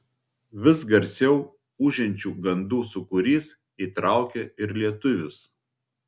vis garsiau ūžiančių gandų sūkurys įtraukė ir lietuvius